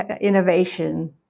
innovation